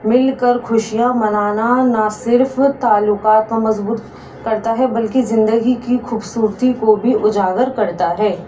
مل کر خوشیاں منانا نہ صرف تعلقات کو مضبوط کرتا ہے بلکہ زندگی کی خوبصورتی کو بھی اجاگر کرتا ہے